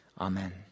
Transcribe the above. Amen